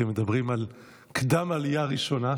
כי הם מדברים על קדם-עלייה ראשונה,